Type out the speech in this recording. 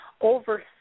over